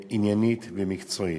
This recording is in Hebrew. עניינית ומקצועית.